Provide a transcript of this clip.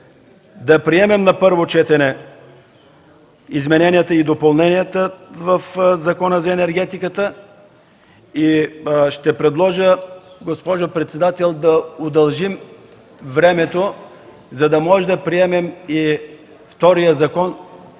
да приемем на първо четене измененията и допълненията в Закона за енергетиката и ще предложа, госпожо председател, да удължим времето, за да можем да приемем и втория закон